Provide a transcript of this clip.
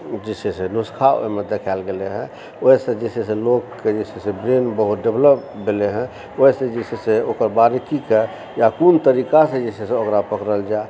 जे छै से नुस्खा ओहिमे देखाएल गेलै हँ ओहिसँ जे छै से लोककेंँ जे छै से ब्रेन बहुत डेवलप भेलै हँ ओहिसँ जे छै से ओकर बारीकी कऽ या कोन तरीकासँ जे छै से ओकरा पकड़ल जाए